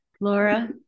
Laura